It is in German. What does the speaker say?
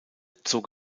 zog